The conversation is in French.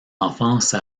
enfance